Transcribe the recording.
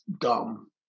dumb